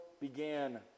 began